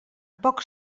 poc